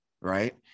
right